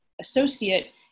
associate